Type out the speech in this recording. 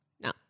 No